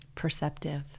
Perceptive